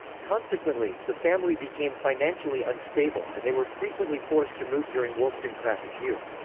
consequently, the family became financially unstable and they were frequently forced to move during wollstonecraft's youth.